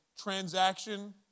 transaction